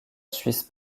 suisse